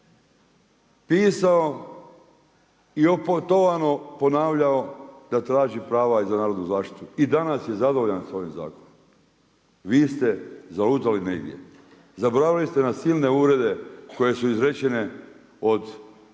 pisao i opetovano ponavljao da traži prava i za narodnu zaštitu i danas je zadovoljan sa ovim zakonom. Vi ste zalutali negdje. Zaboravili ste na silne uvrede koje su izrečene od